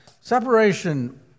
Separation